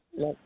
no